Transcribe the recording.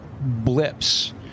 blips